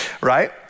right